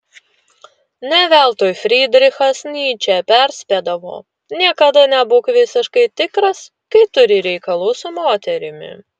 ne veltui frydrichas nyčė perspėdavo niekada nebūk visiškai tikras kai turi reikalų su moterimi